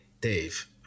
dave